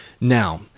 Now